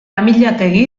amillategi